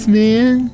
man